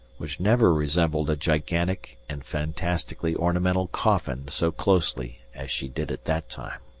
which never resembled a gigantic and fantastically ornamental coffin so closely as she did at that time.